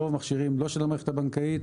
רוב המכשירים לא של המערכת הבנקאית,